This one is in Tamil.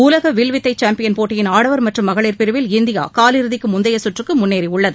உலக வில்வித்தை சாம்பியன் போட்டியின் ஆடவர் மற்றம் மகளிர் பிரிவில் இந்தியா காலிறுதிக்கு முந்தைய சுற்றுக்கு முன்னேறியுள்ளது